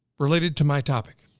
related to my topic.